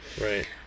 right